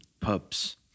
pubs